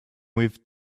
with